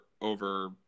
over